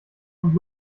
und